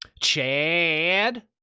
Chad